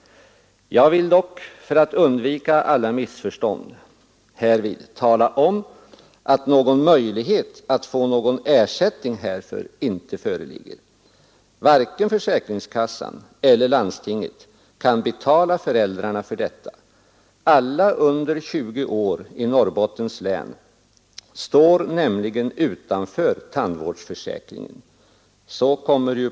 Jag vill dock för att undvika alla missförstånd härvid tala om att någon möjlighet att få någon ersättning härför icke föreligger. Varken försäkringskassan eller landstinget kan betala föräldrarna för detta. Alla under 20 år i Norrbottens län står nämligen utanför tandvårdsförsäkringen.